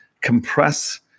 compress